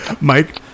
Mike